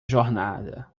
jornada